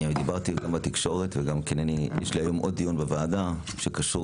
דיברתי גם בתקשורת וגם אני אקיים עוד דיון בוועדה שקשור